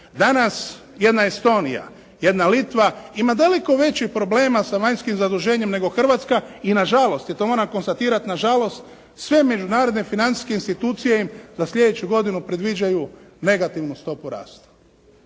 Danas jedna Estonija, jedna Litva ima daleko većih problema sa vanjskim zaduženjem nego Hrvatska i nažalost, ja to moram konstatirat, nažalost sve međunarodne financijske institucije za sljedeću godinu predviđaju negativnu stopu rasta.